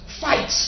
Fight